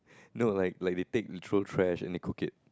no like like they take literal trash and they cook it